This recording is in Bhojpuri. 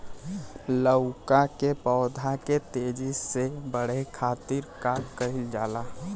लउका के पौधा के तेजी से बढ़े खातीर का कइल जाला?